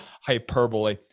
hyperbole